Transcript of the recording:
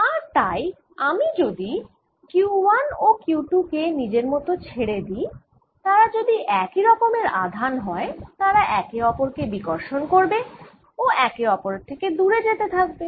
আর তাই আমি যদি Q1 ও Q2 কে নিজের মত ছেড়ে দিই তারা যদি একই রকমের আধান হয় তারা একে অপর কে বিকর্ষণ করবে ও একে অপরের থেকে দূরে যেতে থাকবে